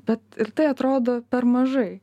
bet ir tai atrodo per mažai